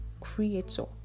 creator